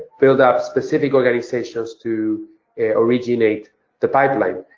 build up specific organizations to originate the pipeline.